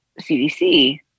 CDC